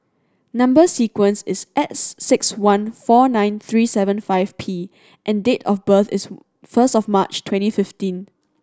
number sequence is S six one four nine three seven five P and date of birth is first of March twenty fifteen